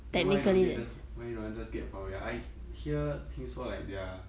then why you don't get just why don't want just get from your I hear 听说 like their